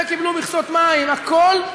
וקיבלו מכסות מים, הכול.